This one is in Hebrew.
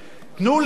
תנו לי,